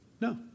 No